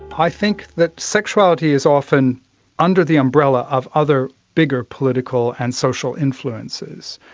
i think that sexuality is often under the umbrella of other bigger political and social influences.